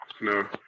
No